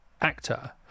actor